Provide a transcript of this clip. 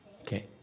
Okay